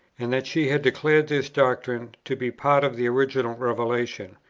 and that she had declared this doctrine to be part of the original revelation.